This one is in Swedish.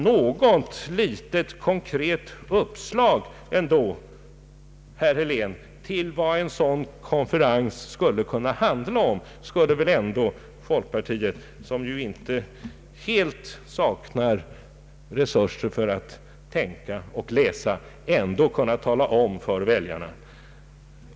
Något litet konkret uppslag, herr Helén, till vad en sådan konferens skulle kunna handla om kunde väl folkpartiet, som ju inte helt saknar resurser för att tänka och läsa, ändå tala om för väljarna.